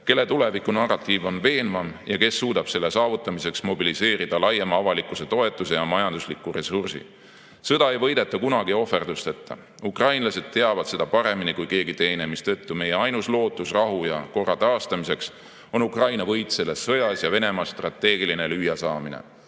kelle tuleviku narratiiv on veenvam ja kes suudab selle saavutamiseks mobiliseerida laiema avalikkuse toetuse ja majandusliku ressursi. Sõda ei võideta kunagi ohverdusteta. Ukrainlased teavad seda paremini kui keegi teine, mistõttu meie ainus lootus rahu ja korra taastamiseks on Ukraina võit selles sõjas ja Venemaa strateegiline lüüasaamine.